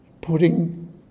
putting